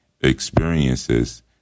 experiences